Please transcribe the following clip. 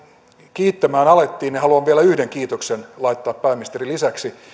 kiittämään alettiin niin haluan vielä yhden kiitoksen laittaa pääministerin lisäksi